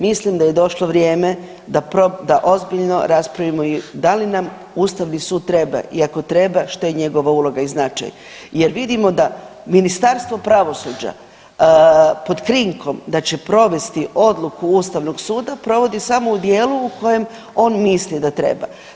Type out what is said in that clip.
Mislim da je došlo vrijeme da ozbiljno raspravimo i da li nam Ustavni sud treba i ako treba, što je njegova uloga i značaj jer vidimo da Ministarstvo pravosuđa pod krinkom da će provesti odluku Ustavnog suda provodi samo u dijelu u kojem on misli da treba.